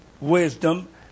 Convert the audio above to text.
wisdom